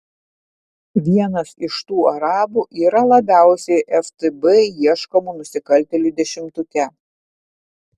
vienas iš tų arabų yra labiausiai ftb ieškomų nusikaltėlių dešimtuke